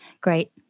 Great